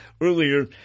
Earlier